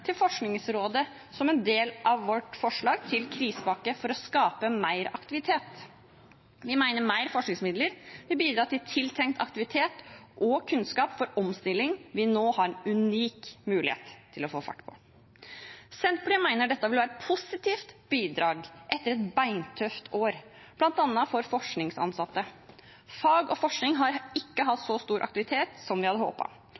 til Forskningsrådet som en del av vårt forslag til krisepakke for å skape mer aktivitet. Vi mener mer forskningsmidler vil bidra til tiltrengt aktivitet og kunnskap for omstilling vi nå har en unik mulighet til å få fart på. Senterpartiet mener dette vil være et positivt bidrag etter et beintøft år, bl.a. for forskningsansatte. Fag og forskning har ikke hatt så stor aktivitet som vi hadde